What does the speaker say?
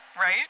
Right